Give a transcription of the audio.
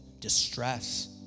distress